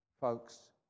Folks